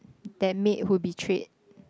that maid who betrayed